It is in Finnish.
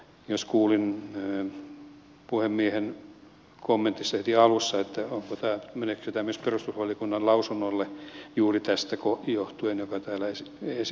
jos kuulin puhemiehen kommentissa heti alussa niin meneekö tämä myös perustuslakivaliokunnan lausunnolle juuri tästä asiasta johtuen joka täällä esille nostettiin